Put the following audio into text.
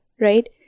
Right